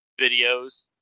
videos